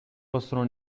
possono